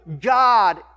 God